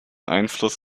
einfluss